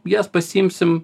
jas pasiimsim